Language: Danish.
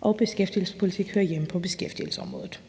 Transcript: og beskæftigelsespolitik hører hjemme på beskæftigelsesområdet.